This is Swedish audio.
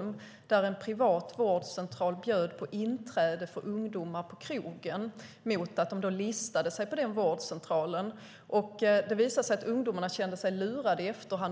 i Skåne där en privat vårdcentral bjöd ungdomar på inträde på krogen mot att de listade sig på den vårdcentralen. Det visade sig att ungdomarna kände sig lurade i efterhand.